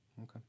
okay